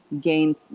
gain